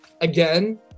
again